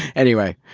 anyway,